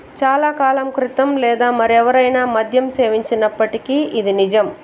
చాలా కాలం క్రితం లేదా మరెవరైనా మద్యం సేవించినప్పటికీ ఇది నిజం